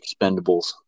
Expendables